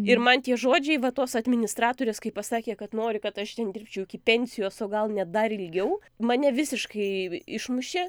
ir man tie žodžiai va tos administratorės kai pasakė kad nori kad aš ten dirbčiau iki pensijos o gal net dar ilgiau mane visiškai išmušė